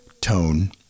tone